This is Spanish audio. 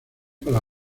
para